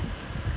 two and a half